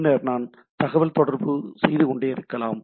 பின்னர் நான் தகவல்தொடர்பு செய்துகொண்டே இருக்கலாம்